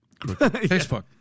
Facebook